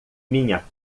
minha